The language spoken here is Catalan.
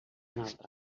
altre